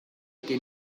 que